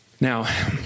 Now